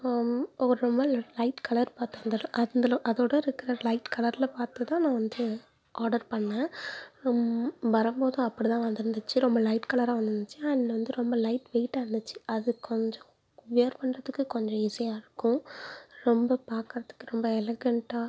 ஒரு மாதிரி light colour பார்த்தேன் அந்த அந்த அதோடய இருக்கிற லைட் கலரில் பார்த்து தான் நான் வந்து ஆர்டர் பண்ணிணேன் ரொம் வரபோதும் அப்படி தான் வந்திருந்துச்சு ரொம்ப லைட் கலராக வந்துருந்துச்சு அண்டு வந்து ரொம்ப லைட் வெயிட்டாக இருந்துச்சு அது கொஞ்சம் வியர் பண்ணுறத்துக்கு கொஞ்சம் ஈஸியாக இருக்கும் ரொம்ப பார்க்கறத்துக்கு ரொம்ப எலகெண்ட்டா